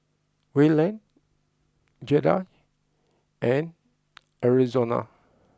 Wayland Giada and Arizona